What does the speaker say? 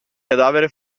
cadavere